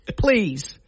please